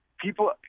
People